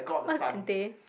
what's ante